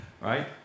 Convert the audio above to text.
right